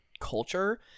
culture